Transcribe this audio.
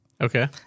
okay